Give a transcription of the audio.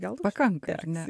gal pakanka ar ne